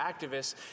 activists